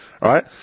Right